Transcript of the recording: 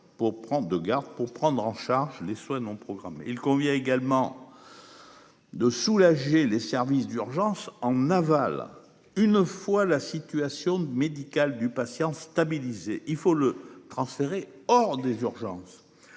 de garde pour prendre en charge les soins non programmés. Il convient également. De soulager les services d'urgence en aval une fois la situation médicale du patient stabilisé, il faut le transférer hors des urgences.